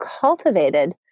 cultivated